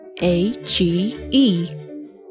A-G-E